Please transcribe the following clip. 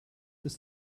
ist